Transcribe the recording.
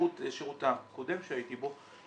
בשירות הקודם שהייתי בו,